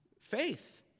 faith